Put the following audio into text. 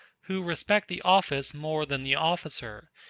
who respect the office more than the officer,